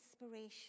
inspiration